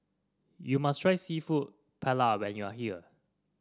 you must try seafood Paella when you are here